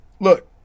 look